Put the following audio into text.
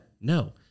No